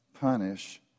punish